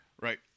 Right